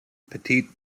petit